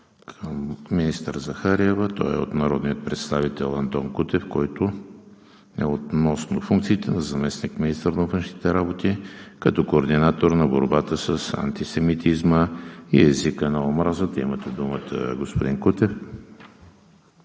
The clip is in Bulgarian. към министър Захариева от народния представител Антон Кутев, който е относно функциите на заместник-министъра на външните работи като координатор на борбата с антисемитизма и езика на омразата. Имате думата, господин Кутев.